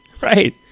right